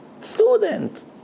student